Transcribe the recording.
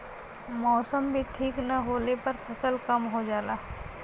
मौसम भी ठीक न होले पर फसल कम हो जाला